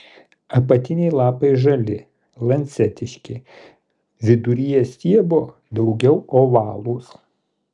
apatiniai lapai žali lancetiški viduryje stiebo daugiau ovalūs